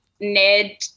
Ned